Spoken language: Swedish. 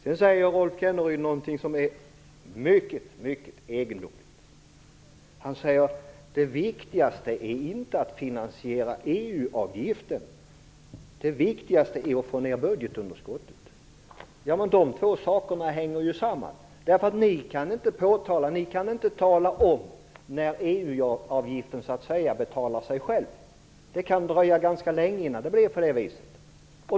Rolf Kenneryd säger någonting som är mycket egendomligt. Han säger att det viktigaste inte är att finansiera EU-avgiften. Det viktigaste är att få ned budgetunderskottet. De två sakerna hänger ju samman! Ni kan inte tala om när EU-avgiften så att säga betalar sig själv. Det kan dröja ganska länge innan det blir på det viset.